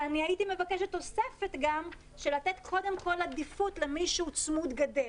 והייתי מבקשת גם תוספת לתת עדיפות למישהו שהוא צמוד גדר,